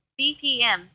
BPM